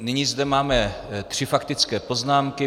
Nyní zde máme tři faktické poznámky.